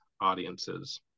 audiences